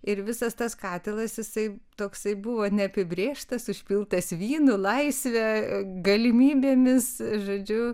ir visas tas katilas jisai toksai buvo neapibrėžtas užpiltas vynu laisve galimybėmis žodžiu